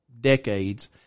decades